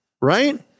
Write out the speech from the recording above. Right